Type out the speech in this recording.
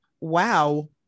wow